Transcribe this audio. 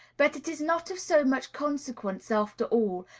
but it is not of so much consequence, after all,